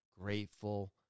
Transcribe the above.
Grateful